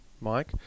Mike